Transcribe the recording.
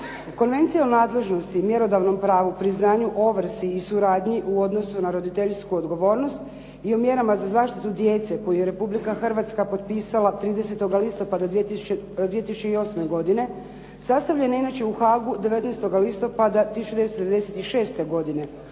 Konvencijom nadležnosti i mjerodavnom pravu, priznanju, ovrsi i suradnji u odnosu na roditeljsku odgovornost i o mjerama za zaštitu djece koju je Republika Hrvatska potpisala 30. listopada 2008. godine, sastavljen je inače u Haagu 19. listopada 1996. godine,